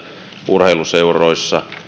urheiluseuroissa